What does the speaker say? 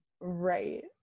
Right